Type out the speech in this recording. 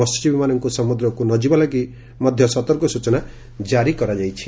ମହ୍ୟଜୀବୀମାନଙ୍କୁ ସମୁଦ୍ରକୁ ନ ଯିବା ଲାଗି ସତର୍କ ସ୍ଚନା ଜାରି କରାଯାଇଛି